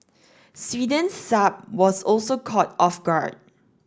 Sweden's Saab was also caught off guard